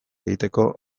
egiteko